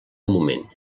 moment